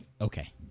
Okay